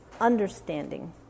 understanding